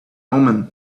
omen